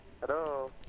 Hello